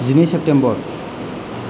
जिनै सेप्टेम्बर